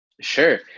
Sure